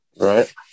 Right